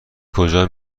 کجا